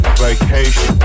vacation